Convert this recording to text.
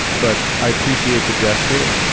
but i appreciate the gesture.